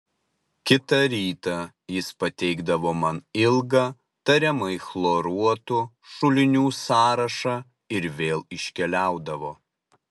kitą rytą jis pateikdavo man ilgą tariamai chloruotų šulinių sąrašą ir vėl iškeliaudavo